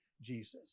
Jesus